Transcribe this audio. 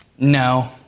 No